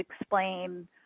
explain